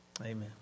Amen